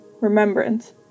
remembrance